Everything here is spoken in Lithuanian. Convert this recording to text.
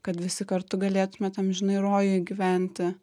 kad visi kartu galėtumėt amžinai rojuj gyventi